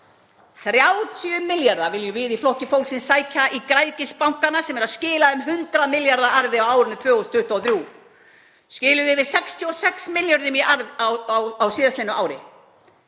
30 milljarða viljum við í Flokki fólksins sækja í græðgisbankana sem eru að skila um 100 milljarða arði á árinu 2023, skiluðu yfir 66 milljörðum í arð á síðastliðnu ári.